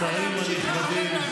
השרים הנכבדים,